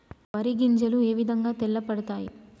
వరి గింజలు ఏ విధంగా తెల్ల పడతాయి?